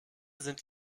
sind